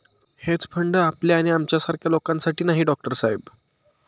hedge fund आपल्या आणि आमच्यासारख्या लोकांसाठी नाही, डॉक्टर साहेब